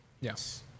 Yes